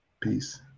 Peace